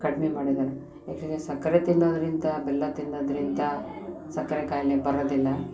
ಕಡಿಮೆ ಮಾಡಿದ್ದಾರೆ ಏಕಂದ್ರೆ ಸಕ್ಕರೆ ತಿನ್ನೋದರಿಂದ ಬೆಲ್ಲ ತಿನ್ನೋದರಿಂದ ಸಕ್ಕರೆ ಖಾಯಿಲೆ ಬರೋದಿಲ್ಲ